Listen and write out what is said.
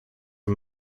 for